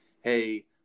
hey